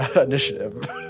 initiative